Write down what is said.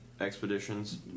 expeditions